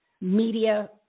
media